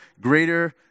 greater